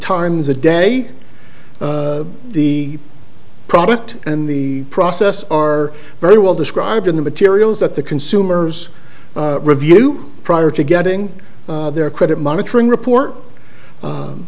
times a day the product and the process are very well described in the materials that the consumers review prior to getting their credit monitoring report